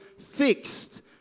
fixed